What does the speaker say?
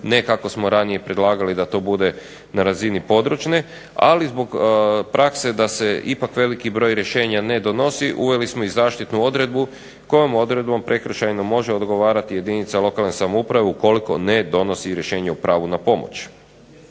ne kako smo ranije predlagali da to bude na razini područne, ali zbog prakse da se ipak veliki broj rješenja ne donosi, uveli smo zaštitnu odredbu kojom odredbom može odgovarati jedinica lokalne samouprave ukoliko ne donosi rješenje o pravu na pomoć.